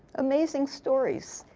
amazing stories.